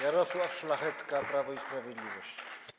Jarosław Szlachetka, Prawo i Sprawiedliwość.